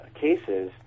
cases